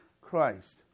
Christ